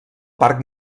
parc